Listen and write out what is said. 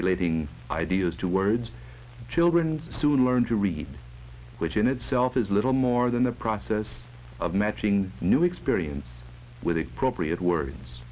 relating ideas to words children soon learn to read which in itself is little more than the process of matching new experience with the property at words